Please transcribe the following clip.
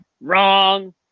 wrong